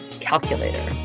calculator